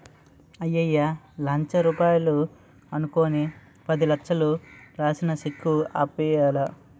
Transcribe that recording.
అయ్యయ్యో లచ్చ రూపాయలు అనుకుని పదిలచ్చలు రాసిన సెక్కు ఆపేయ్యాలా